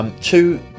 Two